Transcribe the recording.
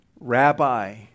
Rabbi